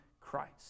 Christ